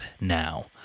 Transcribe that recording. now